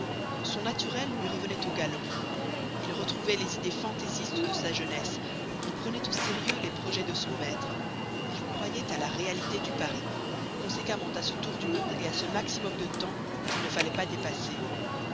son naturel lui revenait au galop il retrouvait les idées fantaisistes de sa jeunesse il prenait au sérieux les projets de son maître il croyait à la réalité du pari conséquemment à ce tour du monde et à ce maximum de temps qu'il ne fallait pas dépasser